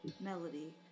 melody